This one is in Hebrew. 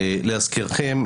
להזכירכם,